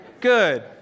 Good